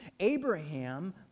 Abraham